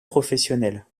professionnel